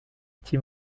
tim